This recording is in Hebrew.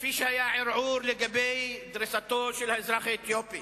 כפי שהיה ערעור לגבי דריסתו של האזרח האתיופי?